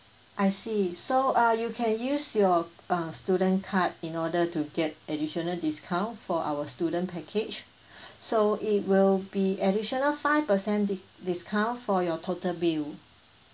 I see so uh you can use your uh student card in order to get additional discount for our student package so it will be additional five percent di~ discount for your total bill